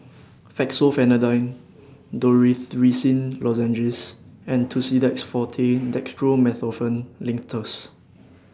Fexofenadine Dorithricin Lozenges and Tussidex Forte Dextromethorphan Linctus